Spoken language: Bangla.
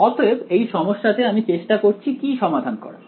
অতএব এই সমস্যাতে আমি চেষ্টা করছি কি সমাধান করার